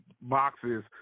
boxes